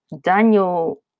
Daniel